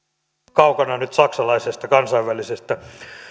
kaukana nyt saksalaisesta kansainvälisestä